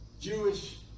Jewish